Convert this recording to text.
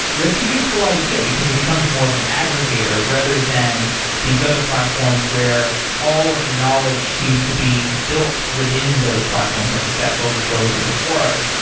that's a useful idea, because it becomes more of an aggregator rather than these other platforms where all of the knowledge seems to be built within those platforms, like the stack overflows or the quoras.